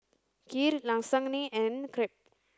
Kheer Lasagne and Crepe